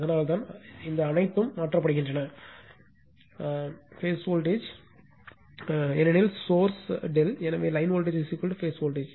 அதனால்தான் இந்த அனைத்தும் மாற்றப்படுகின்றன பேஸ் வோல்டேஜ் ஏனெனில் சோர்ஸ் ∆ எனவே லைன் வோல்டேஜ் பேஸ் வோல்டேஜ்